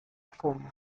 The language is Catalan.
fum